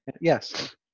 yes